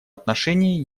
отношении